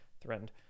threatened